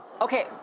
Okay